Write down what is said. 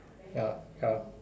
ya ya